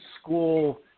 school